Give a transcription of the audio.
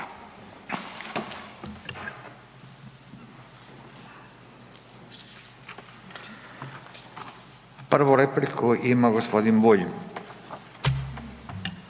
Prvu repliku ima gospodin Bulj.